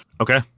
Okay